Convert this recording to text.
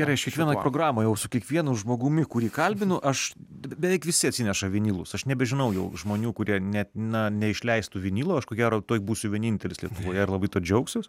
gerai aš kiekvienoj programoj jau su kiekvienu žmogumi kurį kalbinu aš beveik visi atsineša vinylus aš nebežinau jau žmonių kurie net na neišleistų vinylo aš ko gero tuoj būsiu vienintelis lietuvoje ir labai tuo džiaugsiuos